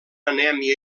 anèmia